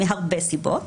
מהרבה סיבות,